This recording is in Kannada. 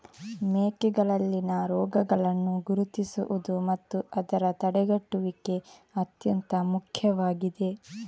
ಮೇಕೆಗಳಲ್ಲಿನ ರೋಗಗಳನ್ನು ಗುರುತಿಸುವುದು ಮತ್ತು ಅದರ ತಡೆಗಟ್ಟುವಿಕೆ ಅತ್ಯಂತ ಮುಖ್ಯವಾಗಿದೆ